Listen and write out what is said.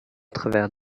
travers